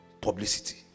publicity